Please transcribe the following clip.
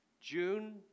June